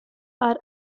are